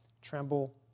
tremble